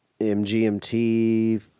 Mgmt